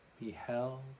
beheld